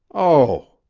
oh,